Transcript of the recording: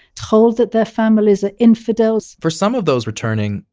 told that their families are infidels for some of those returning,